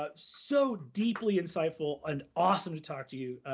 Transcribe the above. ah so deeply insightful and awesome to talk to you,